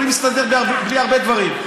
יכולים להסתדר בלי הרבה דברים.